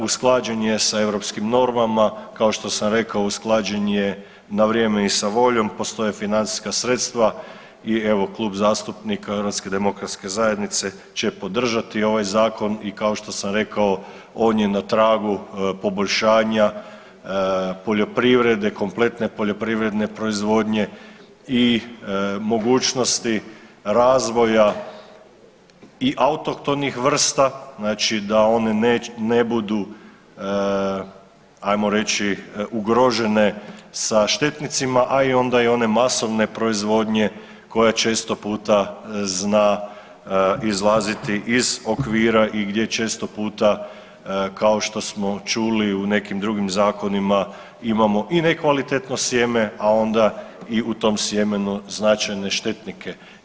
Usklađen je sa europskim normama kao što sam rekao usklađen je na vrijeme i sa voljom, postoje financijska sredstva i evo Klub zastupnika HDZ-a će podržati ovaj zakon i kao što sam rekao on je na tragu poboljšanja poljoprivredne, kompletne poljoprivredne proizvodnje i mogućnosti razvoja i autohtonih vrsta, znači da oni ne budu ajmo reći ugrožene sa štetnicima, a i onda i one masovne proizvodnje koja često puta zna izlaziti iz okvira i gdje često puta kao što smo čuli u nekim drugim zakonima imamo i nekvalitetno sjeme, a onda i u tom sjemenu značajne štetnike.